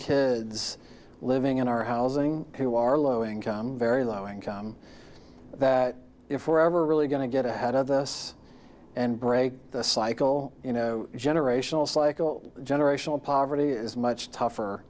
kids living in our housing who are low income very low income that if we're ever really going to get ahead of this and break the cycle you know generational cycle generational poverty is much tougher